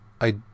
I